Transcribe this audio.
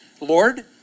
Lord